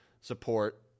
support